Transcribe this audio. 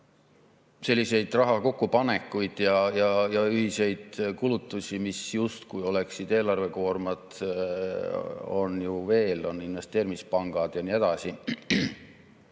Selliseid raha kokkupanekuid ja ühiseid kulutusi, mis justkui oleksid eelarvekoormad, on ju veel, on investeerimispangad ja nii edasi.